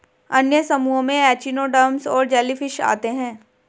अन्य समूहों में एचिनोडर्म्स और जेलीफ़िश आते है